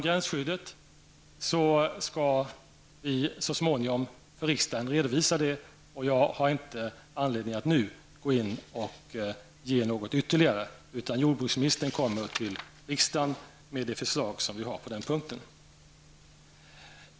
Vi skall så småningom för riksdagen redovisa frågan om gränsskyddet. Jag har inte anledning att ge något ytterligare besked i denna fråga. Jordbruksministern kommer till riksdagen med det förslag som vi har på den punkten.